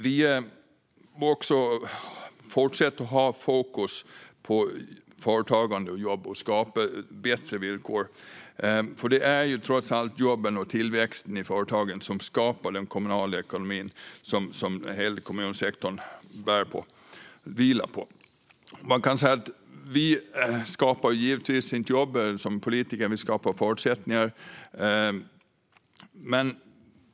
Vi fortsätter att ha fokus på företagande och jobb och på att skapa bättre villkor, för det är trots allt jobben och tillväxten i företagen som skapar den kommunala ekonomin, som hela kommunsektorn vilar på. Som politiker skapar vi givetvis inte jobb, utan vi skapar förutsättningar.